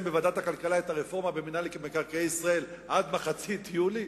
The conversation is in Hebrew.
בוועדת הכלכלה את הרפורמה במינהל מקרקעי ישראל עד אמצע יולי,